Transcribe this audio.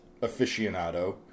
aficionado